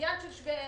העניין של שווה ערך,